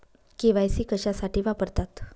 KYC कशासाठी वापरतात?